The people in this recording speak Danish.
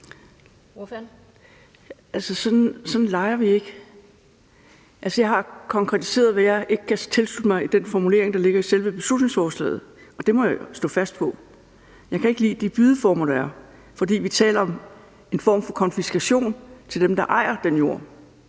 Sådan leger vi ikke. Jeg har konkretiseret, hvad jeg ikke kan tilslutte mig i den formulering, der ligger i selve beslutningsforslaget, og det må jeg stå fast på. Jeg kan ikke lide de bydeformer, der er, for vi taler om en form for konfiskation over for dem, der ejer den jord,